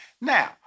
Now